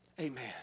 Amen